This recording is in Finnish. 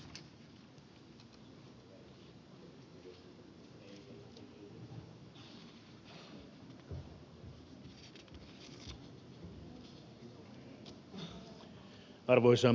arvoisa herra puhemies